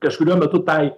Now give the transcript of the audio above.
kažkuriuo metu tai